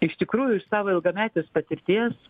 iš tikrųjų iš savo ilgametės patirties